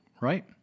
right